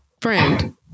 Friend